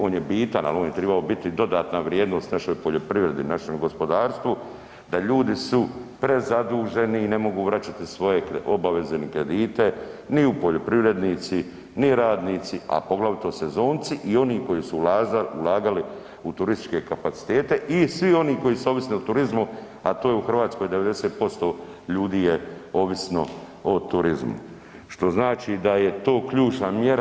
On je bitan, ali on je trebao biti dodatna vrijednost našoj poljoprivredi, našem gospodarstvu da su ljudi prezaduženi i ne mogu vraćati svoje obaveze i kredite ni poljoprivrednici, ni radnici, a poglavito sezonci i oni koji su ulagali u turističke kapacitete i svi oni koji su ovisili o turizmu, a to je u Hrvatskoj 90% ljudi je ovisno o turizmu, što znači da je to ključna mjera.